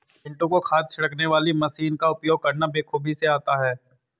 पिंटू को खाद छिड़कने वाली मशीन का उपयोग करना बेखूबी से आता है